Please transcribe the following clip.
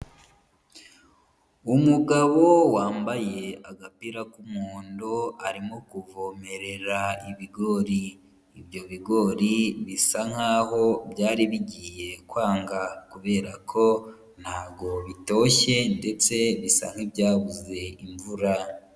Umugabo wambaye agapira k'umuhondo, arimo kuvomerera ibigori, ibyo bigori bisa nkaho byari bigiye kwanga, kubera ko ntabwo bitoshye, ndetse bisa nk'ibyabuze imvura.